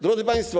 Drodzy Państwo!